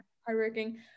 hardworking